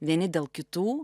vieni dėl kitų